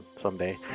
someday